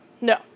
no